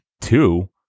two